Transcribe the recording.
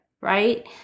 right